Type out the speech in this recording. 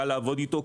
קל לעבוד אתו,